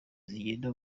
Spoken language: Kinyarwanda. zigenda